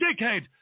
dickhead